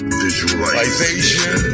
visualization